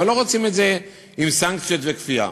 אבל לא רוצים את זה עם סנקציות וכפייה.